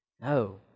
No